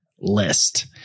list